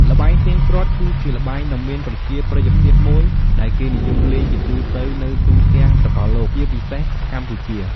ល្បែងទាញព្រ័ត្រ គឺជាល្បែងដ៏មានប្រជាប្រិយភាពមួយ ដែលគេនិយមលេងជាទូទៅនៅទូទាំងសកលលោក ជាពិសេសកម្ពុជា។